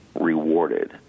rewarded